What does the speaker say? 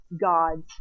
God's